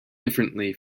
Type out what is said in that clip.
differently